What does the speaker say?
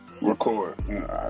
Record